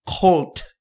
cult